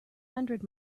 hundred